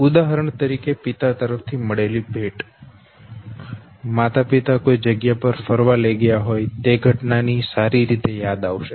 ઉદાહરણ તરીકે પિતા તરફ થી મળેલી ભેટ માતાપિતા સાથે કોઈ જગ્યા પર ફરવા ગયા હોય તે ઘટના સારી રીતે યાદ આવશે